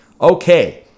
Okay